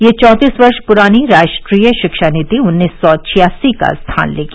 यह चौंतीस वर्ष पुरानी राष्ट्रीय शिक्षा नीति उन्नीस सौ छियासी का स्थान लेगी